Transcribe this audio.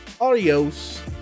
adios